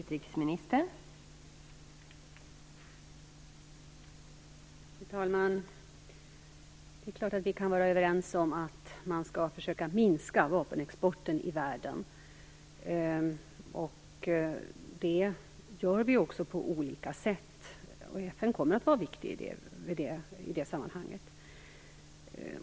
Fru talman! Det är klart att vi kan vara överens om att man skall försöka minska vapenexporten i världen. Det gör vi också på olika sätt. FN kommer att vara viktigt i det sammanhanget.